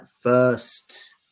first